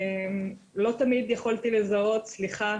לא תמיד יכולתי לזהות סליחה